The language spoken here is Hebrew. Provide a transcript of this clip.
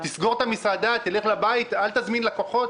תסגור את המסעדה, תלך לבית, אל תזמין לקוחות?